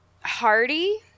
hardy